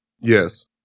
Yes